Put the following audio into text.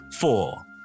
four